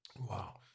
Wow